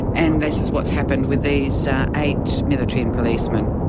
and this is what's happened with these eight military and police men?